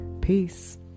Peace